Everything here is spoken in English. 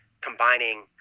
combining